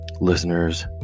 listeners